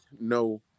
no